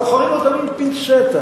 בוחרים אותם עם פינצטה,